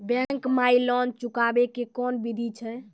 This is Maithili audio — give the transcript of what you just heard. बैंक माई लोन चुकाबे के कोन बिधि छै?